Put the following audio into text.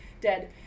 dead